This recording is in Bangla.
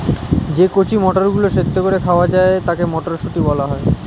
যে কচি মটরগুলো সেদ্ধ করে খাওয়া যায় তাকে মটরশুঁটি বলা হয়